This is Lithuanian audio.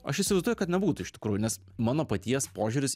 aš įsivaizduoju kad nebūtų iš tikrųjų nes mano paties požiūris